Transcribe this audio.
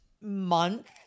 month